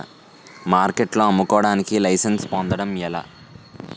మార్కెట్లో అమ్ముకోడానికి లైసెన్స్ పొందడం ఎలా?